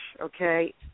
okay